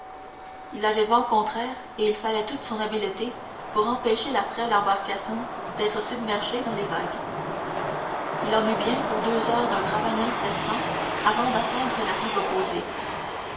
il avait vent contraire et il fallait toute son habileté pour empêcher la frêle embarcation d'être submergée dans les vagues il en eut bien pour deux heures d'un travail incessant avant d'atteindre la rive opposée